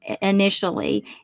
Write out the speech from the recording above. initially